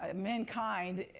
ah mankind,